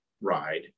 ride